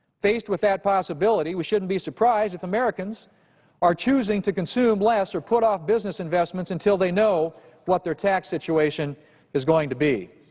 faced with that possibility, we shouldn't be surprised if americans are choosing to consume less or put off business investments until they know what their tax situation is going to be.